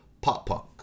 pop-punk